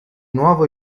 nuovo